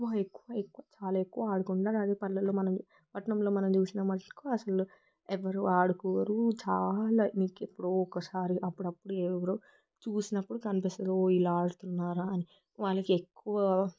ఎక్కువ ఎక్కువ ఎక్కువ చాలా ఎక్కువ ఆడుకున్నా కానీ పల్లెల్లో మనం పట్నంలో మనం చూసినామనుకో అసలు ఎవరు ఆడుకోరు చాలా నీకు ఎప్పుడో ఒకసారి అప్పుడప్పుడు ఎవరో చూసినప్పుడు కనిపిస్తారు ఇలా ఆడుతున్నారా అని వాళ్ళకి ఎక్కువ